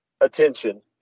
attention